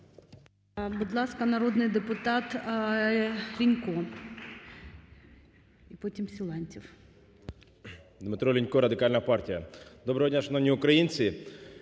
Доброго дня, шановні українці!